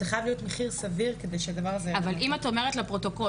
זה חייב להיות מחיר סביר כדי שהדבר הזה --- אבל אם את אומרת לפרוטוקול